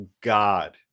God